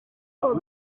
ariko